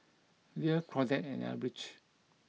Leia Claudette and Elbridge